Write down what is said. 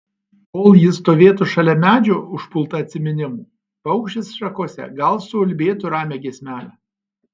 kol ji stovėtų šalia medžio užpulta atsiminimų paukštis šakose gal suulbėtų ramią giesmelę